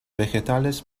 vegetales